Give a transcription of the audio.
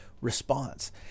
response